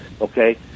Okay